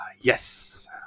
Yes